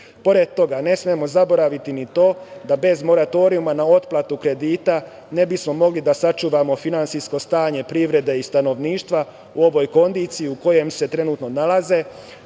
toga, ne smemo zaboraviti ni to da bez moratorijuma na otplatu kredita ne bismo mogli da sačuvamo finansijsko stanje privrede i stanovništva u ovoj kondiciji u kojoj se trenutno nalaze.